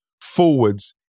forwards